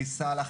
נבי סאלח,